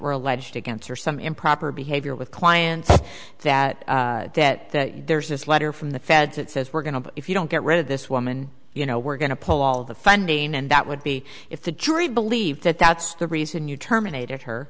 were alleged against her some improper behavior with clients that that there's this letter from the feds that says we're going to if you don't get rid of this woman you know we're going to pull all the funding and that would be if the jury believed that that's the reason you terminated her